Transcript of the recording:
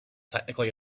technically